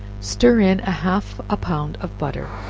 stir in half a pound of butter,